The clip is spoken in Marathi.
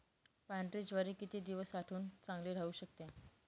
पांढरी ज्वारी किती दिवस साठवून चांगली राहू शकते?